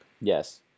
Yes